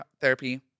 therapy